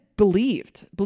believed